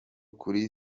kuri